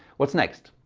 what's next?